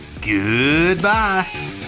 goodbye